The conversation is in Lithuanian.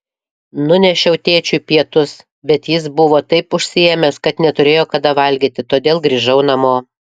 nunešiau tėčiui pietus bet jis buvo taip užsiėmęs kad neturėjo kada valgyti todėl grįžau namo